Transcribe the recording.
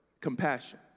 compassion